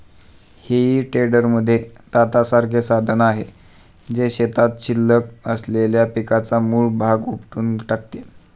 हेई टेडरमध्ये दातासारखे साधन आहे, जे शेतात शिल्लक असलेल्या पिकाचा मूळ भाग उपटून टाकते